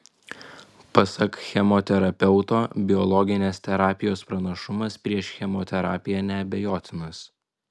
pasak chemoterapeuto biologinės terapijos pranašumas prieš chemoterapiją neabejotinas